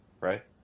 Right